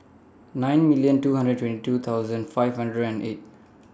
nine million two hundred and twenty two thousand five hundred and eight